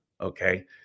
Okay